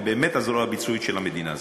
הם באמת הזרוע הביצועית של המדינה הזאת.